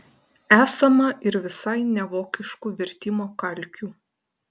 esama ir visai nevokiškų vertimo kalkių